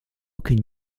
can